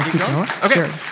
Okay